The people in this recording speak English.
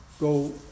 go